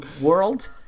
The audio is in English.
world